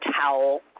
towel